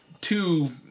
two